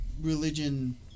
religion